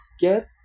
get